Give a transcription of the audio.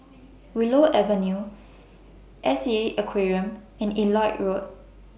Willow Avenue S E A Aquarium and Elliot Road